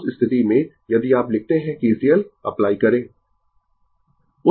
तो उस स्थिति में यदि आप लिखते है KCL अप्लाई करें